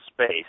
space